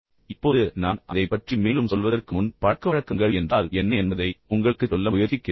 சரி இப்போது நான் அதைப் பற்றி மேலும் சொல்வதற்கு முன் பழக்கவழக்கங்கள் என்றால் என்ன என்பதை உங்களுக்குச் சொல்ல முயற்சிக்கிறேன்